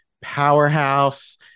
powerhouse